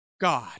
God